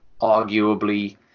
arguably